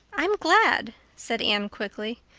i'm glad, said anne quickly.